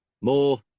more